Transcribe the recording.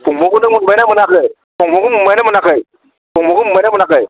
थमबुखौ मोनबायना मोनाखै थमबुखौ मोनबायना मोनाखै थमबुखौ मोनबायना मोनाखै